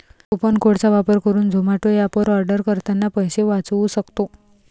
coupon code चा वापर करुन झोमाटो एप वर आर्डर करतांना पैसे वाचउ सक्तो